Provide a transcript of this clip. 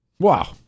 Wow